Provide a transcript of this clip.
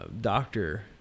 doctor